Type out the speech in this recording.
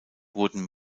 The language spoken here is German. wurden